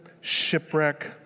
shipwreck